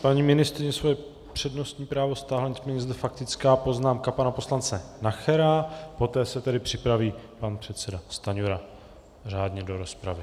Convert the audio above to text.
Paní ministryně svoje přednostní právo stáhla, nicméně je zde faktická poznámka pana poslance Nachera, poté se tedy připraví pan předseda Stanjura řádně do rozpravy.